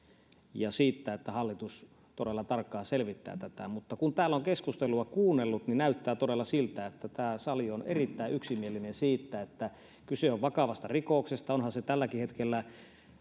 ja siitä että hallitus todella tarkkaan selvittää tätä kun täällä on keskustelua kuunnellut niin näyttää todella siltä että tämä sali on erittäin yksimielinen siitä että kyse on vakavasta rikoksesta onhan se jo tälläkin hetkellä